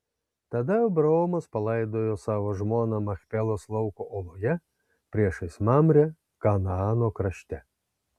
tada abraomas palaidojo savo žmoną machpelos lauko oloje priešais mamrę kanaano krašte